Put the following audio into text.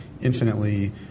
infinitely